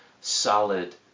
solid